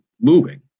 moving